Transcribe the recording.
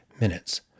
Minutes